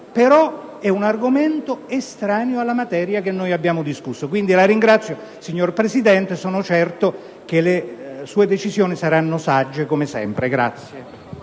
di un argomento estraneo alla materia che noi abbiamo discusso. La ringrazio, signor Presidente, perché sono certo che le sue decisioni saranno sagge come sempre.